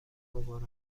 مبارک